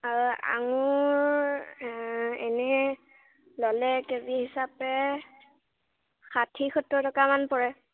আঙুৰ এনে ল'লে কেজি হিচাপে ষাঠি সত্তৰ টকামান পৰে